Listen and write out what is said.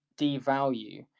devalue